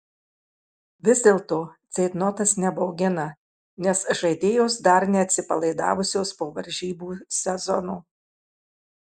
vis dėlto ceitnotas nebaugina nes žaidėjos dar neatsipalaidavusios po varžybų sezono